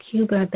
Cuba